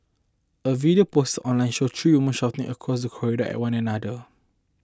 a video post online showed three women shouting across the corridor at one another